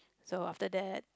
so after that